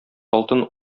алтын